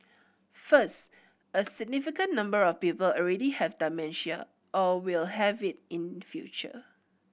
first a significant number of people already have dementia or will have it in future